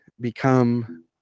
become